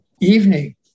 evening